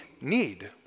need